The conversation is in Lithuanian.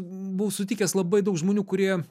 buvau sutikęs labai daug žmonių kurie